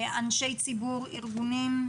אנשי ציבור, ארגונים,